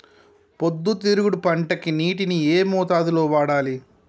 పొద్దుతిరుగుడు పంటకి నీటిని ఏ మోతాదు లో వాడాలి?